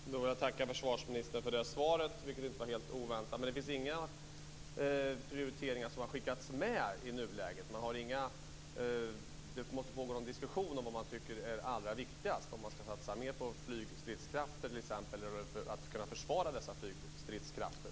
Fru talman! Jag tackar försvarsministern för det svaret. Det var inte helt oväntat, men det finns inga prioritering som har skickats med i nuläget. Det måste pågå en diskussion om vad man tycker är allra viktigast, om ifall man skall satsa mer på t.ex. flygstridskrafter eller på att kunna försvara dessa flygstridskrafter.